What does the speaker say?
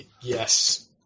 yes